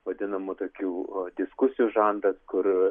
vadinamų tokių diskusijų žanras kur